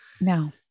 No